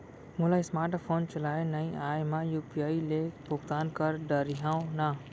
मोला smart phone चलाए नई आए मैं यू.पी.आई ले भुगतान कर डरिहंव न?